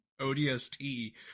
ODST